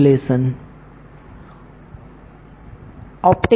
So let us go to structural mechanics